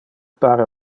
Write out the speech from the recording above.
pare